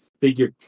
figure